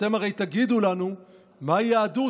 אתם הרי תגידו לנו מהי יהדות,